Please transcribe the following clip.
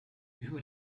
über